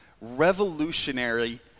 revolutionary